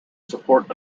support